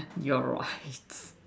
you are right